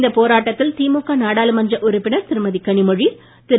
இந்த போராட்டத்தில் திமுக நாடாளுமன்ற உறுப்பினர் திருமதி கனிமொழி திரு